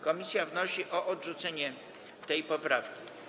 Komisja wnosi o odrzucenie tej poprawki.